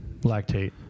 Lactate